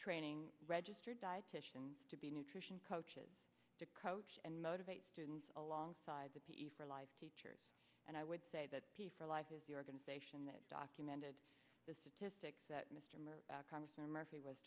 training registered dietitian to be nutrition coaches to coach and motivate students alongside the for life teachers and i would say that p for life is the organization that documented the statistics that mr mercer congressman murphy was